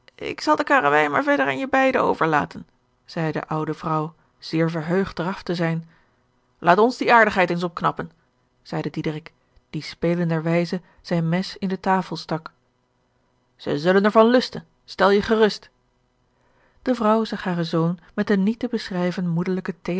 ik zal de karrewei maar verder aan je beide overlaten zeide de oude vrouw zeer verheugd er af te zijn laat ons die aardigheid eens opknappen zeide diederik die spelenderwijze zijn mes in de tafel stak zij zullen er van lusten stel je gerust de vrouw zag haren zoon met eene niet te beschrijven moederlijke